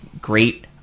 great